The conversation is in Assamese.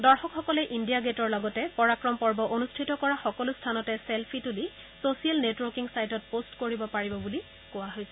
দৰ্শকসকলে ইণ্ডিয়া গেটৰ লগতে পৰাক্ৰম পৰ্ব অনুষ্ঠিত কৰা সকলো স্থানতে ছেলফি তুলি ছচিয়েল নেটৱৰ্কিং ছাইটত পোষ্ট কৰিব পাৰিব বুলি কোৱা হৈছে